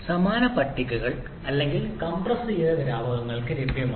സമാന പട്ടികകൾ അല്ലെങ്കിൽ കംപ്രസ്സ് ചെയ്ത ദ്രാവകങ്ങൾക്ക് ലഭ്യമാണ്